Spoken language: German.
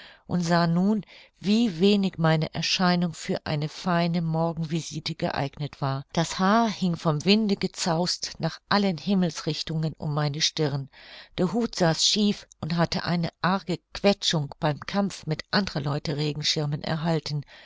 und sah nun wie wenig meine erscheinung für eine feine morgenvisite geeignet war das haar hing vom winde gezaust nach allen himmelsrichtungen um meine stirn der hut saß schief und hatte eine arge quetschung beim kampf mit andrer leute regenschirmen erhalten